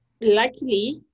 luckily